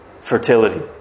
fertility